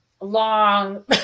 long